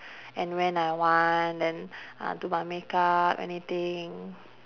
and when I want then uh do my make up anything